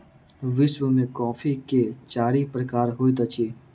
विश्व में कॉफ़ी के चारि प्रकार होइत अछि